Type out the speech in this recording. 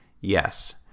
Yes